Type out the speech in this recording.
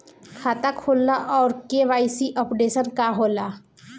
खाता खोलना और के.वाइ.सी अपडेशन का होला?